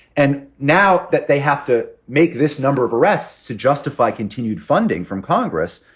and now that they have to make this number of arrests to justify continued funding from congress,